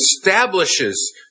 establishes